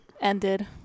ended